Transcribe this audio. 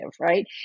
right